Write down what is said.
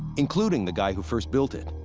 including the guy who first built it.